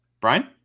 Brian